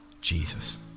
Jesus